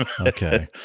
Okay